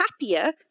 happier